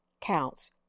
counts